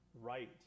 right